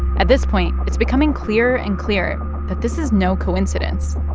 at this point, it's becoming clearer and clearer that this is no coincidence.